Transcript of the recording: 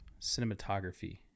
cinematography